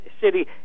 city